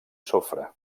sofre